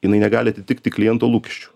jinai negali atitikti kliento lūkesčių